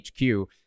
HQ